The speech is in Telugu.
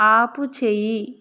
ఆపుచేయి